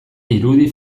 irudi